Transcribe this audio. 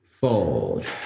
Fold